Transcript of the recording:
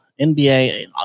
NBA